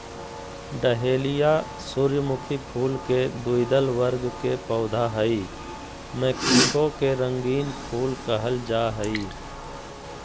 dahlia सूर्यमुखी फुल के द्विदल वर्ग के पौधा हई मैक्सिको के रंगीन फूल कहल जा हई